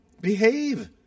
Behave